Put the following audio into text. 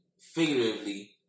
Figuratively